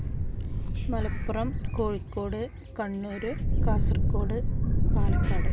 Malappuram Kozhikode Kannur Kasaragod Palakkad